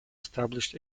established